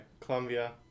Columbia